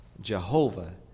Jehovah